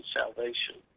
salvation